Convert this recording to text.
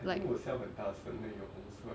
like